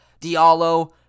Diallo